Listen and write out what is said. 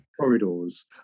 corridors